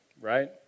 right